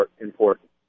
important